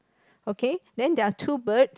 okay then there are two birds